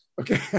Okay